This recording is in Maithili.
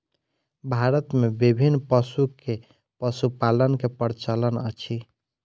भारत मे विभिन्न पशु के पशुपालन के प्रचलन अछि